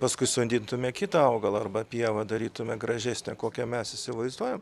paskui sodintume kitą augalą arba pievą darytume gražesnę kokią mes įsivaizduojam